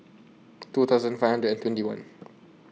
two thousand five hundred and twenty one